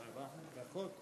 ברכות.